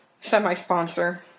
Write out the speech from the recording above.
Semi-sponsor